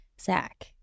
Zach